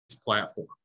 platform